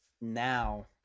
now